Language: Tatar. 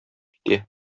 китә